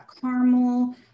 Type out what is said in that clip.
caramel